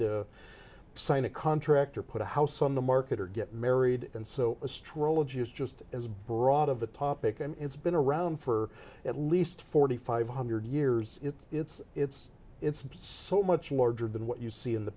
to sign a contract or put a house on the market or get married and so a stroll of g is just as broad of a topic and it's been around for at least forty five hundred years it's it's it's so much larger than what you see in the